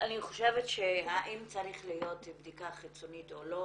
אני חושבת שאם צריכה להיות בדיקה חיצונית או לא